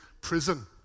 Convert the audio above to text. prison